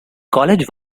college